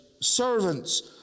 Servants